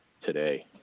today